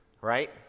right